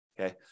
okay